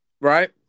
Right